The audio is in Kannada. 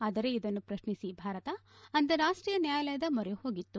ಆದರೆ ಇದನ್ನು ಪ್ರಶ್ನಿಸಿ ಭಾರತ ಅಂತಾರಾಷ್ಟೀಯ ನ್ಯಾಯಾಲಯದ ಮೊರೆ ಹೋಗಿತ್ತು